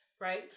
right